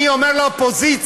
אני אומר לאופוזיציה.